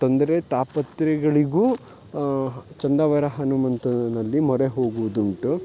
ತೊಂದರೆ ತಾಪತ್ರಗಳಿಗೂ ಚಂದಾವರ ಹನುಮಂತನಲ್ಲಿ ಮೊರೆ ಹೋಗುವುದುಂಟು